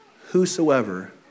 whosoever